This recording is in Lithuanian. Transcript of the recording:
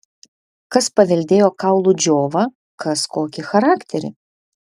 kas paveldėjo kaulų džiovą kas kokį charakterį